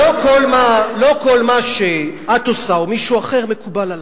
לא כל מה שאת עושה או מישהו אחר, מקובל עלי,